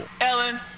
Ellen